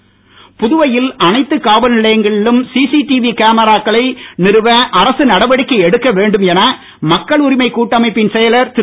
camera புதுவையில் அனைத்து காவல்நிலையங்களிலும் சிசிடிவி கேமராக்களை நிறுவ அரசு நடவடிக்கை எடுக்க வேண்டும் என மக்கள் உரிமைக் கூட்டமைப்பின் செயலர் திரு